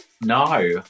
No